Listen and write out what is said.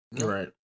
Right